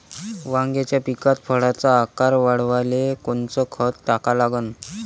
वांग्याच्या पिकात फळाचा आकार वाढवाले कोनचं खत टाका लागन?